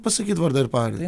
pasakyt vardą ir pavardę